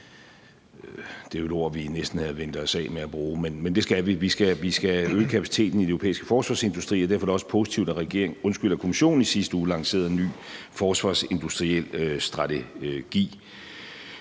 det er jo et ord, vi næsten havde vænnet os af med at bruge, men det skal vi. Vi skal øge kapaciteten i den europæiske forsvarsindustri, og derfor er det også positivt, at Kommissionen i sidste uge lancerede en ny forsvarsindustriel strategi,